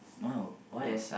oh why